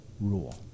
rule